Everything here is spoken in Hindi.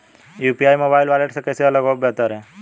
यू.पी.आई मोबाइल वॉलेट से कैसे अलग और बेहतर है?